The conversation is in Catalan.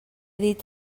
dit